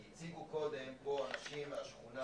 כי הציגו קודם פה אנשים מהשכונה...